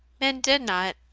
men did not,